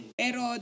pero